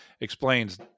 explains